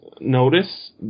notice